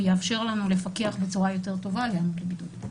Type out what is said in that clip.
והוא יאפשר לנו לפקח בצורה יותר טובה על היענות לבידוד.